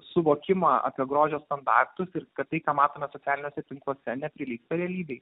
suvokimą apie grožio standartus ir kad tai ką matome socialiniuose tinkluose neprilygsta realybei